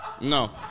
No